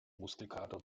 muskelkater